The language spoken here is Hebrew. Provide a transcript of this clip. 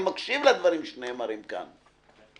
אני מקשיב לדברים שנאמרים כאן.